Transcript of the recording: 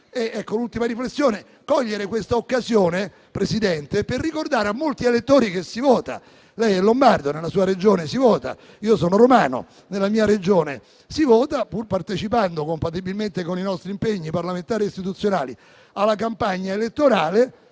voglio infine cogliere questa occasione per ricordare a molti elettori che si vota: lei è lombardo e nella sua Regione si vota, io sono romano e nella mia Regione si vota. Pur partecipando, compatibilmente con i nostri impegni parlamentari e istituzionali, alla campagna elettorale,